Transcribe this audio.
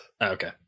Okay